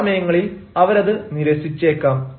ചില സമയങ്ങളിൽ അവരത് നിരസിച്ചേക്കാം